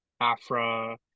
Afra